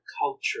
culture